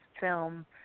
film